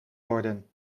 worden